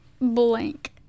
blank